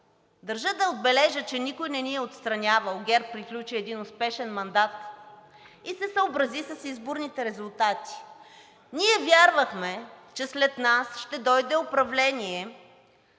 Държа да отбележа, че никой не ни е отстранявал. ГЕРБ приключи един успешен мандат и се съобрази с изборните резултати. Ние вярвахме, че след нас ще дойде управление,